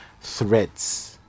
threats